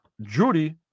Judy